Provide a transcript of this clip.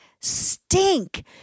stink